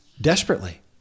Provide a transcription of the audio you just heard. desperately